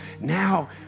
Now